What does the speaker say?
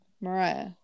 Mariah